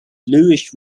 bluish